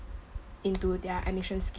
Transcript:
into their admission scheme